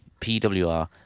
PWR